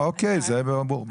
ברור.